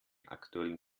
aktuellen